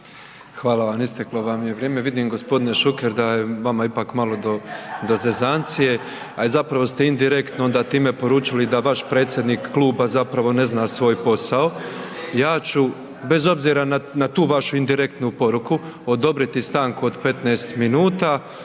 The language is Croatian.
Hvala vam, isteklo vam je vrijeme. vidim g. Šuker da je vama ipak malo do zezancije a i zapravo ste indirektno onda time poručili da vaš predsjednik kluba zapravo ne zna svoj posao. Ja ću bez obzira na tu vašu indirektnu poruku, odobriti stanku od 15 minuta